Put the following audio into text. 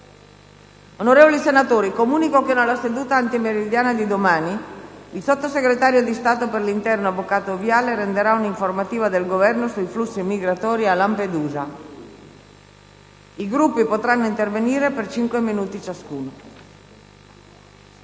Onorevoli senatori, comunico che nella seduta antimeridiana di domani la sottosegretario di Stato per l'interno, avvocato Viale, renderà un'informativa del Governo sui flussi migratori a Lampedusa. I Gruppi potranno intervenire per cinque minuti ciascuno.